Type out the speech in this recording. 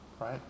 right